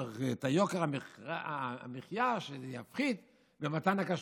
מאשר במתן הכשרות,